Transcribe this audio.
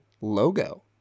logo